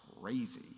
crazy